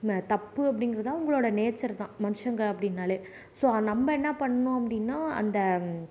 தப்பு அப்படிங்குறதுதான் அவங்களோட நேச்சர் தான் மனுஷங்க அப்படின்னாலே ஸோ நம்ப என்ன பண்ணும் அப்படின்னா அந்த